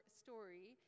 story